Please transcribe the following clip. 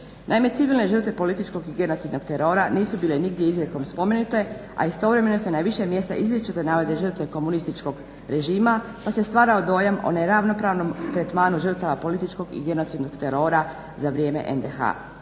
Naime, civilne žrtve političkog i genocidnog terora nisu bile nigdje izrijekom spomenute, a istovremeno se na više mjesta ističe da navodne žrtve komunističkog režima, pa se stvarao dojam o neravnopravnom tretmanu žrtava političkog i genocidnog terora za vrijeme NDH.